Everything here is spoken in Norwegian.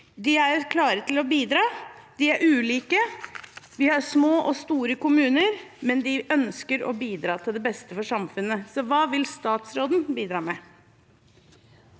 De er klare til å bidra. De er ulike – vi har små og store kommuner – men de ønsker å bidra til beste for samfunnet, så hva vil statsråden bidra med?